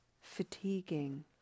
fatiguing